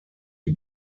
die